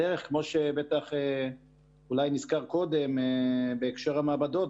דרך כמו שבטח אולי נסקר קודם בהקשר המעבדות,